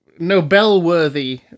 Nobel-worthy